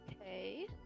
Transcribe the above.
Okay